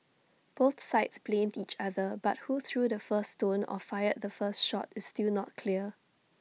both sides blamed each other but who threw the first stone or fired the first shot is still not clear